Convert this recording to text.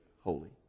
holy